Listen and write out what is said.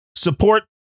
Support